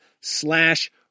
slash